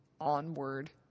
onward